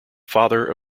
father